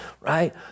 right